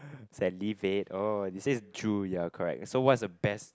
salivate oh it says drool ya correct so what's the best